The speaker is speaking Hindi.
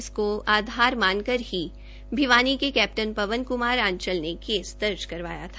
इसको आधार मानकर ही भिवानी के कैप्टन वन कुमार आंचल ने केस दर्ज करवाया था